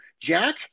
jack